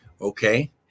okay